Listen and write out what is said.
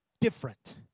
different